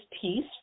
piece